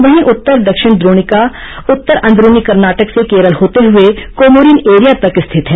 वहीं उत्तर दक्षिण द्रोणिका उत्तर अंदरूनी कर्नाटक से केरल होते हुए कोमोरिन एरिया तक स्थित है